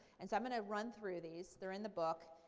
and so i'm going to run through these. they're in the book.